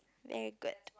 very good